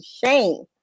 shame